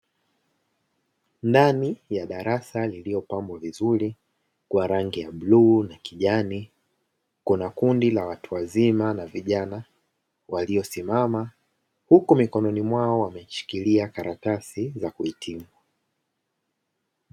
Ndani ya darasa liliyopambwa vizuri kwa rangi ya bluu na kijani kuna kundi la watu wazima na vijana waliyosimama, huku mikononi mwao wameshikilia karatasi za kuhitimu.